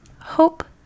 Hope